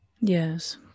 Yes